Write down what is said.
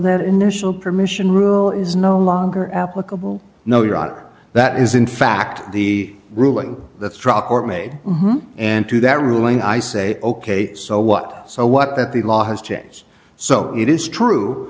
that initial permission rule is no longer applicable no your honor that is in fact the ruling that struck me and to that ruling i say ok so what so what that the law has changed so it is true